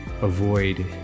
avoid